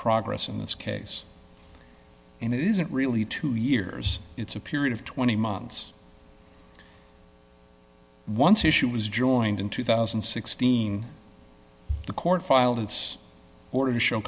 progress in this case and it isn't really two years it's a period of twenty months once issue was joined in two thousand and sixteen the court filed its order to show